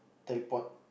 teleport